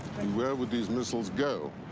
where would these missiles go?